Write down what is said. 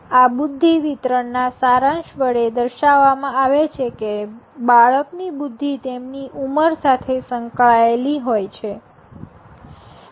આ બુદ્ધિ વિતરણના સારાંશ વડે દર્શાવવામાં આવે છે કે બાળકની બુદ્ધિ તેની ઉંમર સાથે સંકળાયેલી હોય છે